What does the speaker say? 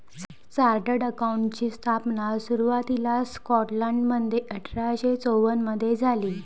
chartered अकाउंटंटची स्थापना सुरुवातीला स्कॉटलंडमध्ये अठरा शे चौवन मधे झाली